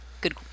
Good